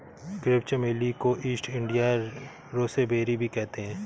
crepe चमेली को East India rosebay भी कहते हैं